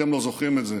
אתם לא זוכרים את זה,